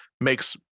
makes